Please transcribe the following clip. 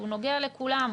שהוא נוגע לכולם,